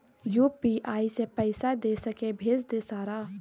UPI से पैसा दे सके भेज दे सारा?